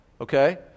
Okay